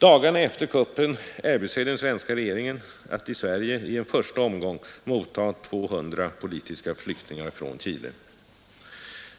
Dagarna efter kuppen erbjöd sig den svenska regeringen att i Sverige i en första omgång motta 200 politiska flyktingar från Chile.